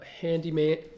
handyman